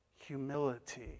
humility